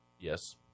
Yes